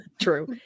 True